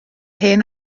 hen